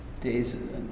days